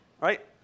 right